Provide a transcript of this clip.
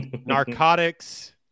narcotics